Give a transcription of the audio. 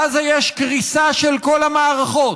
בעזה יש קריסה של כל המערכות: